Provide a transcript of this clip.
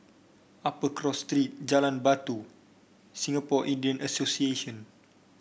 Upper Cross Street Jalan Batu Singapore Indian Association